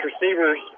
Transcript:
receivers